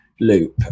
loop